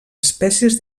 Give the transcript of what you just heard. espècies